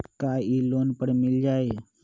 का इ लोन पर मिल जाइ?